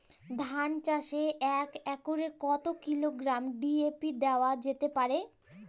ধান চাষে এক একরে কত কিলোগ্রাম ডি.এ.পি দেওয়া যেতে পারে?